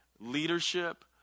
leadership